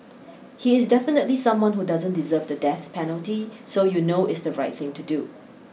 he is definitely someone who doesn't deserve the death penalty so you know it's the right thing to do